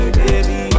baby